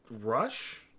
Rush